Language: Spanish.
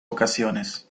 ocasiones